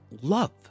love